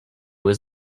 was